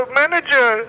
manager